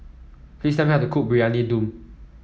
please tell me how to cook Briyani Dum